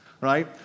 right